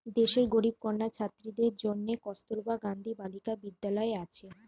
দেশের গরিব কন্যা ছাত্রীদের জন্যে কস্তুরবা গান্ধী বালিকা বিদ্যালয় আছে